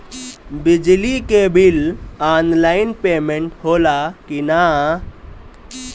बिजली के bill online payment होला कि ना?